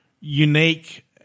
unique